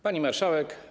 Pani Marszałek!